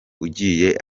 ugiye